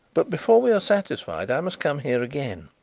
but before we are satisfied i must come here again.